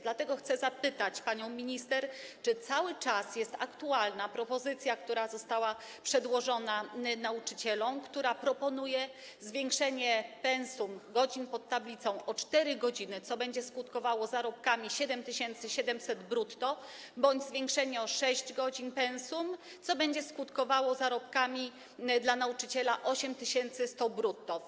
Dlatego chcę zapytać panią minister: Czy cały czas jest aktualna propozycja, która została przedłożona nauczycielom, zwiększenia pensum, liczby godzin przy tablicy o 4 godziny, co będzie skutkowało zarobkami 7700 zł brutto, bądź zwiększenia o 6 godzin pensum, co będzie skutkowało zarobkami dla nauczyciela w wysokości 8100 zł brutto?